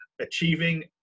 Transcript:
Achieving